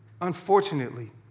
Unfortunately